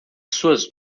suas